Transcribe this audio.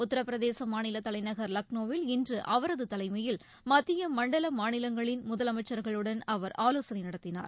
உத்திரபிரதேச மாநில தலைநகர் லக்னோவில் இன்று அவரது தலைமையில் மத்திய மண்டல மாநிலங்களின் முதலமைச்சா்களுடன் அவர் ஆலோசனை நடத்தினார்